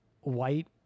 white